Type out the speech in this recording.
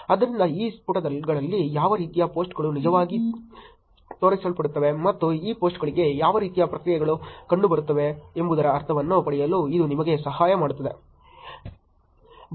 ಆದ್ದರಿಂದ ಈ ಪುಟಗಳಲ್ಲಿ ಯಾವ ರೀತಿಯ ಪೋಸ್ಟ್ಗಳು ನಿಜವಾಗಿ ತೋರಿಸಲ್ಪಡುತ್ತವೆ ಮತ್ತು ಈ ಪೋಸ್ಟ್ಗಳಿಗೆ ಯಾವ ರೀತಿಯ ಪ್ರತಿಕ್ರಿಯೆಗಳು ಕಂಡುಬರುತ್ತವೆ ಎಂಬುದರ ಅರ್ಥವನ್ನು ಪಡೆಯಲು ಇದು ನಿಮಗೆ ಸಹಾಯ ಮಾಡುತ್ತದೆ